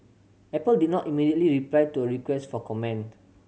apple did not immediately reply to a request for comment